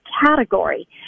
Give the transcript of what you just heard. category